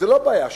זו לא בעיה שלי,